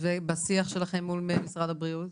ובשיח שלכם מול משרד הבריאות?